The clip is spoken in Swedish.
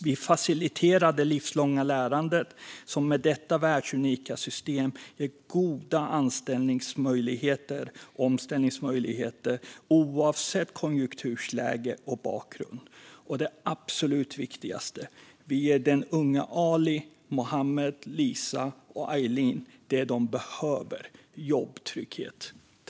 Vidare faciliterar vi det livslånga lärandet som med detta världsunika system ger goda omställningsmöjligheter oavsett konjunkturläge och bakgrund. Och det absolut viktigaste är att vi ger den unge Ali, Mohammad, Lisa och Aylin det de behöver, nämligen jobbtrygghet.